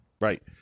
Right